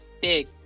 Big